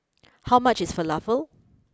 how much is Falafel